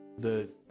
the